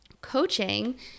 coaching